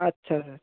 আচ্ছা স্যার